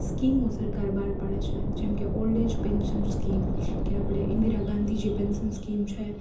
સ્કીમો સરકાર બાર પાડે છે જેમકે ઓલ્ડ એજ પેન્શન સ્કીમ કે આપણે ઇન્દિરા ગાંધી જે પેન્શન સ્કીમ છે